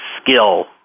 skill